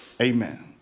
Amen